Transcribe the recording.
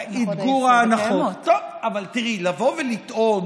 אתגור ההנחות, טוב, אבל תראי, לבוא ולטעון